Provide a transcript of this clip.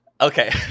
Okay